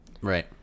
right